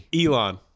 Elon